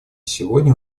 сегодня